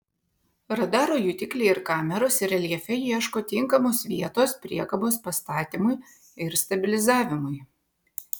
radaro jutikliai ir kameros reljefe ieško tinkamos vietos priekabos pastatymui ir stabilizavimui